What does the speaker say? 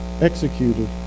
executed